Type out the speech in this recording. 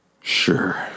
sure